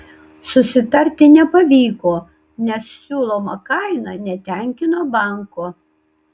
susitarti nepavyko nes siūloma kaina netenkino banko